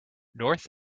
north